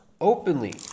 openly